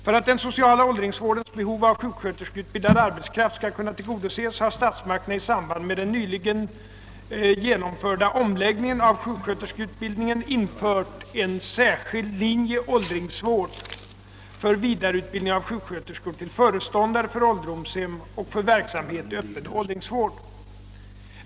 För att den sociala åldringsvårdens behov av sjuksköterskeutbildad arbetskraft skall kunna tillgodoses har statsmakterna i samband med den nyligen genomförda omläggningen av sjuksköterskeutbildningen infört en särskild linje i åldringsvård för vidareutbildning av sjuksköterskor till föreståndare för ålderdomshem och för verksamhet i öppen åldringsvård.